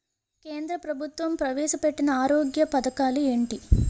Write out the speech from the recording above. కేంద్ర ప్రభుత్వం ప్రవేశ పెట్టిన ఆరోగ్య పథకాలు ఎంటి?